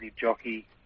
jockey